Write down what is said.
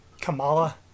Kamala